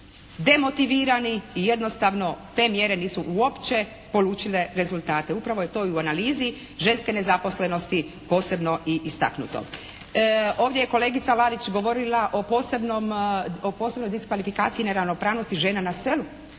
demotivirani i jednostavno te mjere nisu uopće polučile rezultate. I upravo je to u analizi ženske nezaposlenosti posebno i istaknuto. Ovdje je kolegica Lalić govorila o posebnoj diskvalifikaciji neravnopravnosti žena na selu,